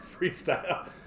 freestyle